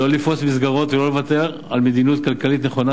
לא לפרוץ מסגרות ולא לוותר על מדיניות כלכלית נכונה,